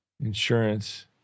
insurance